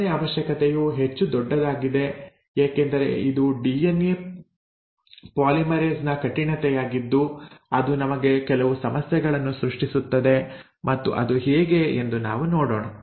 ಎರಡನೆಯ ಅವಶ್ಯಕತೆಯು ಹೆಚ್ಚು ದೊಡ್ಡದಾಗಿದೆ ಏಕೆಂದರೆ ಇದು ಡಿಎನ್ಎ ಪಾಲಿಮರೇಸ್ ನ ಕಠಿಣತೆಯಾಗಿದ್ದು ಅದು ನಮಗೆ ಕೆಲವು ಸಮಸ್ಯೆಗಳನ್ನು ಸೃಷ್ಟಿಸುತ್ತದೆ ಮತ್ತು ಅದು ಹೇಗೆ ಎಂದು ನಾವು ನೋಡೋಣ